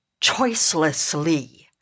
choicelessly